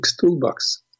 Toolbox